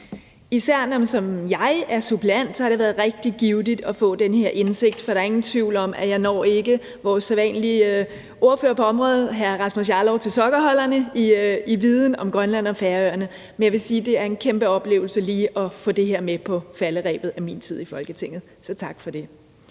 man som jeg er suppleant, har det været rigtig givtigt at få den her indsigt, for der er ingen tvivl om, at jeg ikke når vores sædvanlige ordfører på området, hr. Rasmus Jarlov, til sokkeholderne i viden om Grønland og Færøerne. Men jeg vil sige, at det er en kæmpe oplevelse lige at få det her med på falderebet i min tid i Folketinget. Så tak for det.